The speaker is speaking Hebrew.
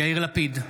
יאיר לפיד,